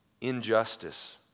injustice